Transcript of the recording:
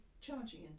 charging